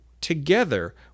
together